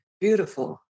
beautiful